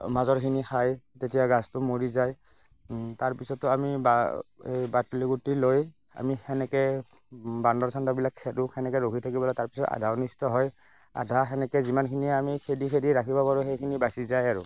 মাজৰখিনি খাই তেতিয়া গছটো মৰি যায় তাৰ পিছতো আমি বা সেই বাটলু গুটি লৈ আমি সেনেকৈ বান্দৰ চান্দৰবিলাক খেদো সেনেকৈ ৰখি থাকিব লাগে তাৰ পিছত আধা অনিষ্ট হয় আধা সেনেকেই যিমানখিনি আমি খেদি খেদি ৰাখিব পাৰো সেইখিনি বাচি যায় আৰু